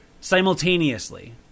Simultaneously